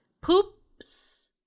poops